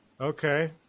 Okay